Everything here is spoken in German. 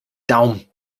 daumen